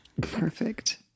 Perfect